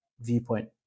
viewpoint